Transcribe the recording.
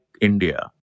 India